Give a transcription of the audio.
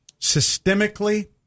Systemically